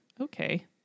Okay